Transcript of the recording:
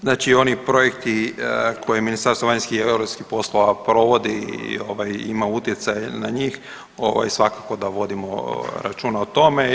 Znači oni projekti koje Ministarstvo vanjskih i europskih poslova provodi i ovaj ima utjecaj na njih ovaj svakako da vodimo računa o tome.